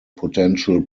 potential